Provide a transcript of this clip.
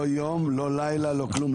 לא יום, לא לילה, לא כלום.